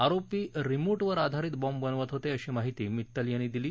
आरोपी रीमोटवर आधारित बाँब बनवत होते अशी माहिती मित्तल यांनी दिली